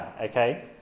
Okay